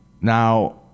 Now